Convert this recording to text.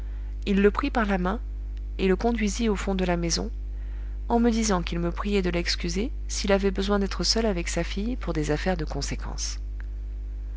il le prit par la main et le conduisit au fond de la maison en me disant qu'il me priait de l'excuser s'il avait besoin d'être seul avec sa fille pour des affaires de conséquence